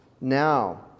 now